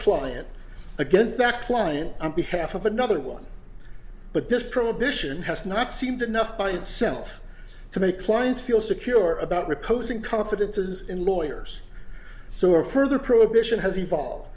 client against that client on behalf of another one but this prohibition has not seemed enough by itself to make clients feel secure about reposing confidences in lawyers so a further prohibition has evolved